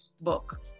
book